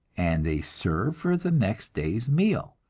and they serve for the next day's meal.